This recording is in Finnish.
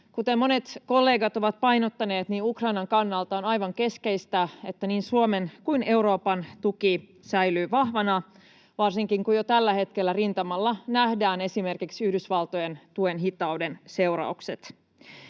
Kuten monet kollegat ovat painottaneet, niin Ukrainan kannalta on aivan keskeistä, että niin Suomen kuin Euroopankin tuki säilyy vahvana, varsinkin kun jo tällä hetkellä rintamalla nähdään esimerkiksi Yhdysvaltojen tuen hitauden seuraukset.